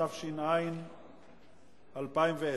התש"ע 2010,